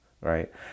right